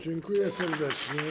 Dziękuję serdecznie.